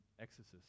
exorcist